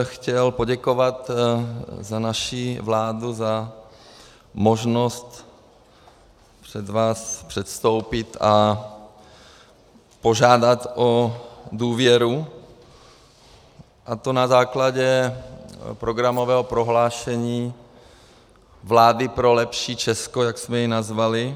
Chtěl bych poděkovat za naši vládu za možnost před vás předstoupit a požádat o důvěru, a to na základě programového prohlášení vlády pro lepší Česko, jak jsme ji nazvali.